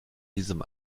diesem